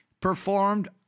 Performed